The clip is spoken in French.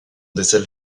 décèle